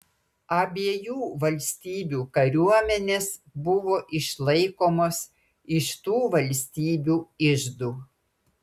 abiejų valstybių kariuomenės buvo išlaikomos iš tų valstybių iždų